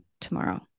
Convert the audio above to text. tomorrow